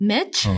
Mitch